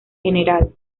gral